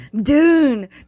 Dune